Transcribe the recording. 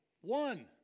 one